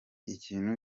ikintu